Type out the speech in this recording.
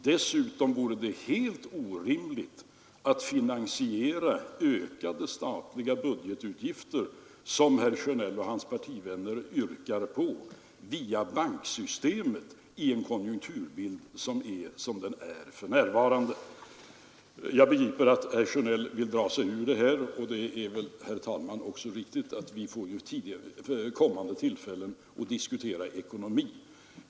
Dessutom vore det helt orimligt att finansiera ökade statliga budgetutgifter, som herr Sjönell och hans partivänner yrkar på, via banksystemet i en konjunkturbild som är som den är för närvarande. Jag begriper att herr Sjönell vill dra sig ur det här, och det är väl, herr talman, också riktigt att vi senare får tillfällen att diskutera ekonomi.